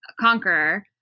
conqueror